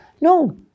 No